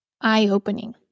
eye-opening